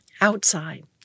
outside